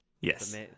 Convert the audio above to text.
Yes